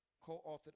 co-authored